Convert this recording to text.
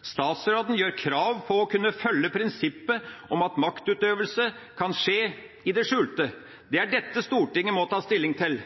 Statsråden gjør krav på å kunne følge prinsippet om at maktutøvelse kan skje i det skjulte. Det er dette Stortinget må ta stilling til.